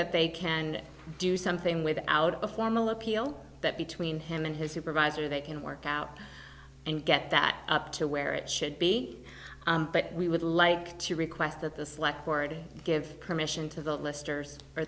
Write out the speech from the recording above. that they can do something without a formal appeal that between him and his supervisor they can work out and get that up to where it should be but we would like to request that the select board give permission to the